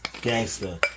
gangster